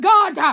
God